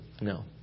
No